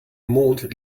mond